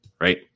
right